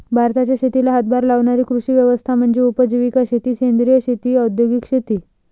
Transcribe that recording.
भारताच्या शेतीला हातभार लावणारी कृषी व्यवस्था म्हणजे उपजीविका शेती सेंद्रिय शेती औद्योगिक शेती